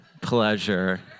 Pleasure